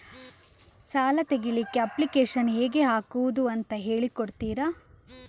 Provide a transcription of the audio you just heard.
ಸಾಲ ತೆಗಿಲಿಕ್ಕೆ ಅಪ್ಲಿಕೇಶನ್ ಹೇಗೆ ಹಾಕುದು ಅಂತ ಹೇಳಿಕೊಡ್ತೀರಾ?